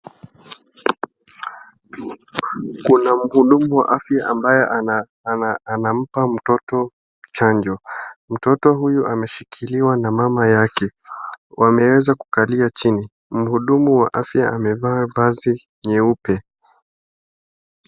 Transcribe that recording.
Kuna muhudumu wa afya ambaye anampa mtoto chanjo, mtoto huyu ameshikiliwa na mama yake. Wameweza kukalia chini. Muhudumu wa afya amevaa vazi nyeupe.